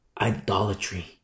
Idolatry